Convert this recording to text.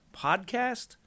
podcast